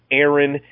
Aaron